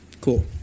Cool